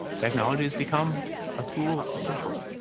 technology's become a tool of control.